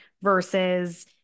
versus